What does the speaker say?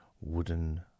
wooden